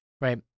right